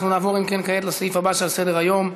אנחנו נעבור כעת לסעיף הבא שעל סדר-היום: